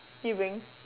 did you bring